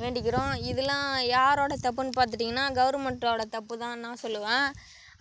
வேண்டிக்கிறோம் இதுல்லாம் யாரோட தப்புன்னு பார்த்துட்டீங்கன்னா கவுர்மெண்ட்டோட தப்பு தான் நான் சொல்லுவேன்